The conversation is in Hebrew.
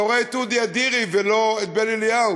אתה רואה את אודי אדירי ולא את בן-אליהו,